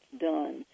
done